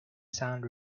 sound